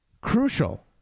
crucial